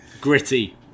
Gritty